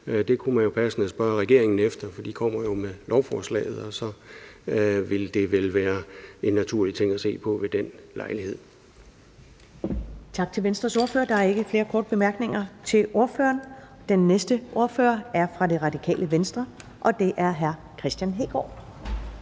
Det kunne man jo passende spørge regeringen om, for de kommer jo med lovforslaget, og så vil det vel være en naturlig ting at se på ved den lejlighed. Kl. 10:30 Første næstformand (Karen Ellemann): Tak til Venstres ordfører. Der er ikke flere korte bemærkninger til ordføreren. Den næste ordfører er fra Det Radikale Venstre, og det er hr. Kristian Hegaard.